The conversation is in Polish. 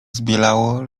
zbielało